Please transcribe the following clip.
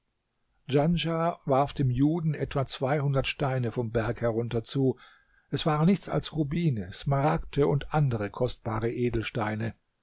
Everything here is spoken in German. djanschah warf dem juden etwa zweihundert steine vom berge herunter zu es waren nichts als rubine smaragde und andere kostbare edelsteine